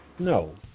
No